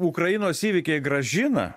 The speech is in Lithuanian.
ukrainos įvykiai grąžina